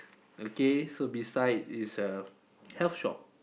okay so beside is a health shop